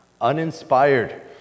Uninspired